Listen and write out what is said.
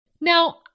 Now